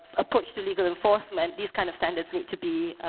approach to legal enforcement, these kind of standards need to be